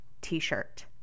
t-shirt